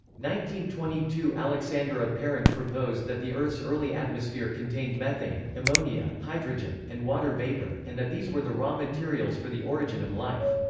twenty two aleksandr oparin proposed that the earth's early atmosphere contained methane, ammonia, hydrogen, and water vapor, and that these were the raw materials for the origin of life.